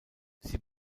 sie